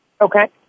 Okay